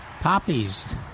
poppies